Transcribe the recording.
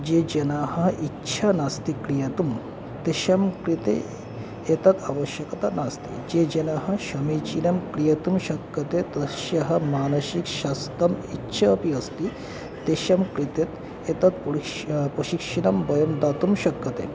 ये जनाः इच्छा नास्ति क्रीडितुं तेषां कृते एतत् आवश्यकता नास्ति ये जनाः समीचीनं क्रीडितुं शक्यते तस्य मानसिकस्वास्थ्यं इच्छा अपि अस्ति तेषां कृते एतत् पशिक्षणं वयं दातुं शक्यते